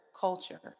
culture